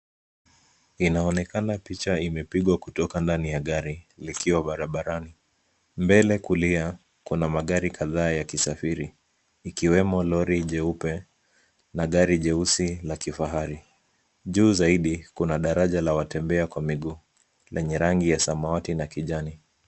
Inaonekana picha imepigwa kutoka ndani ya gari likiwa barabarani. Mbele kulia, kuna magari kadhaa yakisafiri ikiwemo lori jeupe na gari jeusi la kifahari. Juu zaidi kuna daraja la watembea kwa miguu lenye rangi ya samawati na kijani.